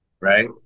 right